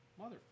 motherfucker